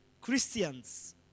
Christians